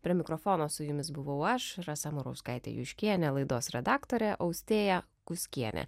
prie mikrofono su jumis buvau aš rasa murauskaitė juškienė laidos redaktorė austėja kuskienė